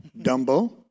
Dumbo